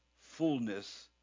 fullness